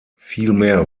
vielmehr